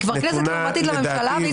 כנסת לעומתית לממשלה.